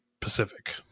Pacific